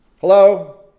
Hello